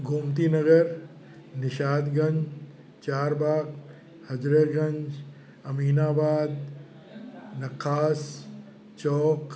Gomti Nagar Nishatganj Charbagh Hazratganj Aminabad Nakhas Chowk